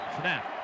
Snap